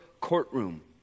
courtroom